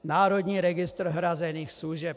Národní registr hrazených služeb.